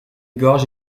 gorges